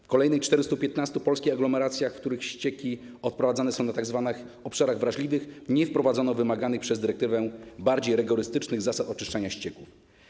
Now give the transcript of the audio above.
W kolejnych 415 polskich aglomeracjach, w których ścieki odprowadzane są na tzw. obszarach wrażliwych, nie wprowadzono wymaganych przez dyrektywę bardziej rygorystycznych zasad oczyszczania ścieków.